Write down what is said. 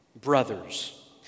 Brothers